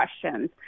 questions